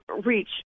reach